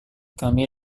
kami